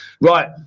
Right